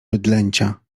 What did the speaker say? bydlęcia